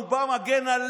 הרי הוא בא, מגן עלינו.